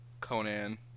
Conan